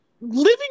living